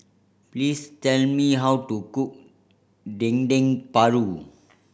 please tell me how to cook Dendeng Paru